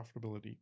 profitability